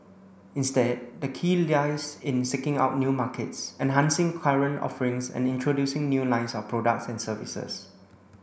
instead the key lies in seeking out new markets enhancing current offerings and introducing new lines of products and services